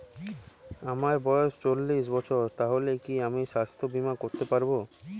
আমার বয়স চল্লিশ বছর তাহলে কি আমি সাস্থ্য বীমা করতে পারবো?